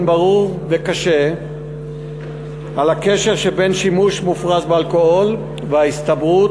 ברור וקשה על הקשר שבין שימוש מופרז באלכוהול וההסתברות